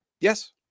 Yes